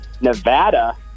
Nevada